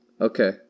Okay